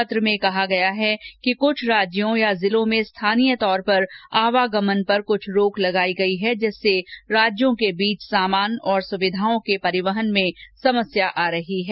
पत्र में कहा गया है कि कुछ राज्यों या जिलों में स्थानीय तौर पर आवागमन पर कुछ रोक लगाई गई है जिससे राज्यों के बीच सामान और सुविधाओं के परिवहन में समस्या आ रही है